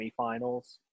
semifinals